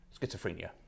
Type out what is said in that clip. schizophrenia